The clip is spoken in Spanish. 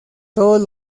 todos